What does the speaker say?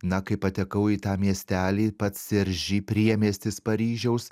na kai patekau į tą miestelį pats serži priemiestis paryžiaus